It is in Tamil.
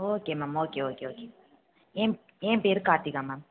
okay ma'am okay okay okay ஏ ஏ பேர் கார்த்திகா மேம்